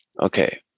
Okay